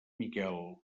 miquel